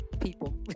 people